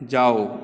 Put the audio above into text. जाउ